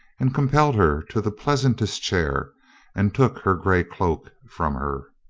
and compelled her to the pleasantest chair and took her gray cloak from her.